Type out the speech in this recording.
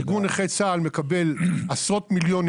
ארגון נכי צה"ל מקבל עשרות מיליונים